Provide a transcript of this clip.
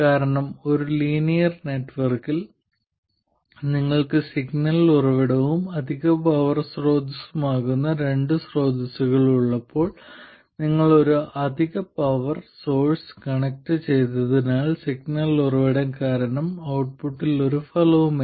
കാരണം ഒരു ലീനിയർ നെറ്റ്വർക്കിൽ നിങ്ങൾക്ക് സിഗ്നൽ ഉറവിടവും അധിക പവർ സ്രോതസ്സുമാകുന്ന രണ്ട് സ്രോതസ്സുകൾ ഉള്ളപ്പോൾ നിങ്ങൾ ഒരു അധിക പവർ സോഴ്സ് കണക്റ്റുചെയ്തതിനാൽ സിഗ്നൽ ഉറവിടം കാരണം ഔട്ട്പുട്ടിൽ ഒരു ഫലവുമില്ല